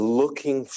looking